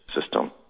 system